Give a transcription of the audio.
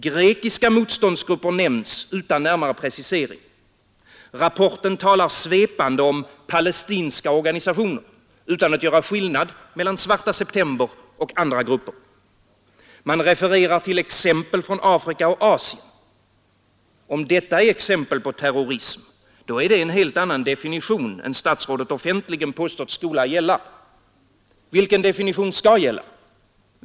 Grekiska motståndsgrupper nämns utan närmare precisering. Rapporten talar svepande om ”palestinska organisationer” utan att göra skillnad mellan Svarta september och andra grupper. Man refererar till exempel från Afrika och Asien. Om detta är exempel på terrorism, då är det en helt annan definition än statsrådet offentligen påstått skall gälla. Vilken definition skall gälla?